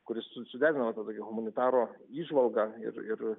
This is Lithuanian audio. kuris su suderino tą tokią humanitaro įžvalgą ir ir